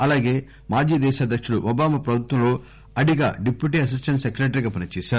అలాగే మాజీ దేశాధ్యకుడు ఓబామా ప్రభుత్వంలో అడిగ డిప్యూటి అసిస్టెంట్ సెక్రెటరీగా పనిచేశారు